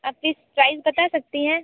आप please price बता सकती हैं